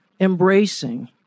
embracing